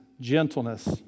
gentleness